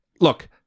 Look